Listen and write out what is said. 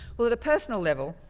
well at a personal level,